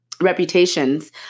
reputations